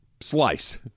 Slice